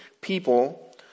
people